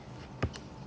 mm